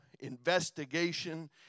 investigation